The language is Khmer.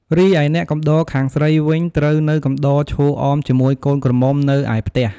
រីឯអ្នកកំដរខាងស្រីវិញត្រូវនៅកំដរឈរអមជាមួយកូនក្រមុំនៅឯផ្ទះ។